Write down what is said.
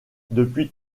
depuis